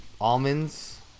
Almonds